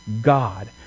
God